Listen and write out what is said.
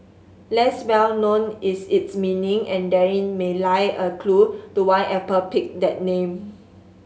less well known is its meaning and therein may lie a clue to why Apple picked that name